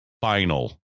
final